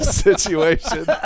situation